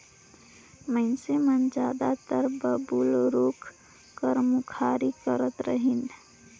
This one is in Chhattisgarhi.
मइनसे मन जादातर बबूर रूख कर मुखारी करत रहिन